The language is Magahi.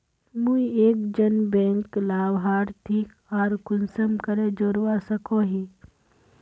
मुई एक जन बैंक लाभारती आर कुंसम करे जोड़वा सकोहो ही?